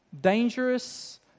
dangerous